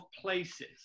places